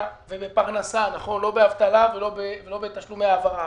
בפרנסה ולא באבטלה ולא בתשלומי העברה.